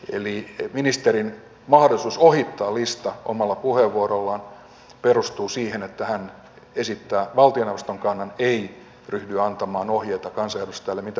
eli ministerin mahdollisuus ohittaa lista omalla puheenvuorollaan perustuu siihen että hän esittää valtioneuvoston kannan ei ryhdy antamaan ohjeita kansanedustajille siitä miten puheenvuoroja täällä saa käyttää